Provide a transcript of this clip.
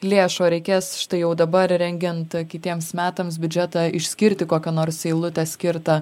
lėšų ar reikės štai jau dabar rengiant kitiems metams biudžetą išskirti kokią nors eilutę skirtą